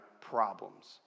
problems